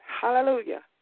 hallelujah